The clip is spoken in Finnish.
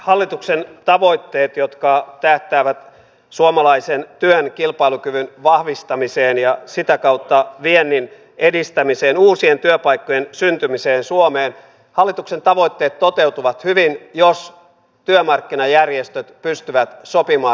hallituksen tavoitteet jotka tähtäävät suomalaisen työn kilpailukyvyn vahvistamiseen ja sitä kautta viennin edistämiseen uusien työpaikkojen syntymiseen suomeen toteutuvat hyvin jos työmarkkinajärjestöt pystyvät sopimaan riittävistä uudistuksista